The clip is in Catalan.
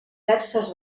perses